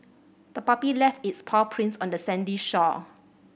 the puppy left its paw prints on the sandy shore